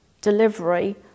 delivery